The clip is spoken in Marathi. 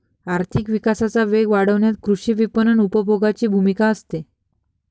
आर्थिक विकासाचा वेग वाढवण्यात कृषी विपणन उपभोगाची भूमिका असते